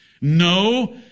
No